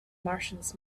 martians